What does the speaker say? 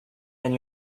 and